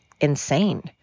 insane